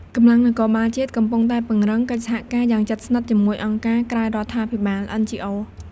កម្លាំងនគរបាលជាតិ កំពុងតែពង្រឹងកិច្ចសហការយ៉ាងជិតស្និទ្ធជាមួយអង្គការក្រៅរដ្ឋាភិបាល (NGO)។